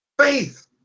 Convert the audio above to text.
Faith